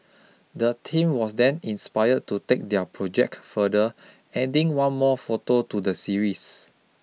the team was then inspired to take their project further adding one more photo to the series